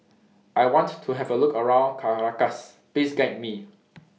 I want to Have A Look around Caracas Please Guide Me